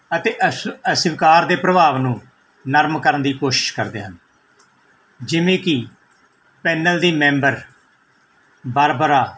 ਅਤੇ ਅਸ ਅਸਵੀਕਾਰ ਦੇ ਪ੍ਰਭਾਵ ਨੂੰ ਨਰਮ ਕਰਨ ਦੀ ਕੋਸ਼ਿਸ਼ ਕਰਦੇ ਹਨ ਜਿਵੇਂ ਕਿ ਪੈਨਲ ਦੀ ਮੈਂਬਰ ਬਰਬਰਾ